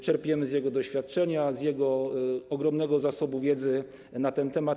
Czerpiemy z jego doświadczenia, z jego ogromnego zasobu wiedzy na ten temat.